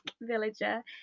villager